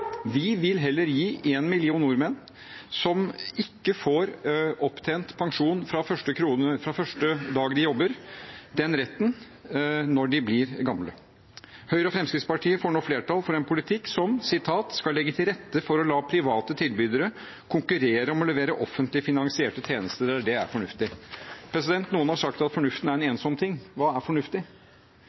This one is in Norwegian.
Vi vil heller gi en million nordmenn rett til opptjent pensjon fra første krone fra første dag de jobber, så de har en pensjon å leve av når de blir gamle. Høyre og Fremskrittspartiet får nå flertall for en politikk som skal legge «til rette for å la private tilbydere konkurrere om å levere offentlig finansierte tjenester der det er fornuftig». Noen har sagt at fornuften er en ensom ting – hva er fornuftig?